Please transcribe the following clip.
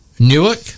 newark